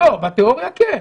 בתיאוריה כן.